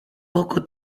poco